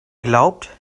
glaubt